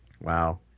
Wow